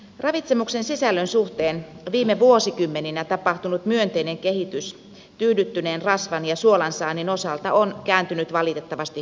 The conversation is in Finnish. ravitsemuksen sisällön suhteen viime vuosikymmeninä tapahtunut myönteinen kehitys tyydyttyneen rasvan ja suolan saannin osalta on kääntynyt valitettavasti huonompaan suuntaan